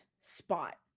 spot